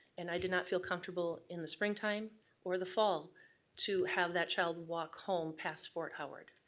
and i did not feel comfortable in the springtime or the fall to have that child walk home past fort howard.